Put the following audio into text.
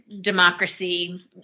democracy